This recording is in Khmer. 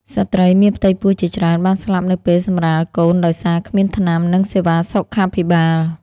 ស្ត្រីមានផ្ទៃពោះជាច្រើនបានស្លាប់នៅពេលសម្រាលកូនដោយសារគ្មានថ្នាំ និងសេវាសុខាភិបាល។